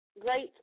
great